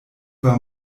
war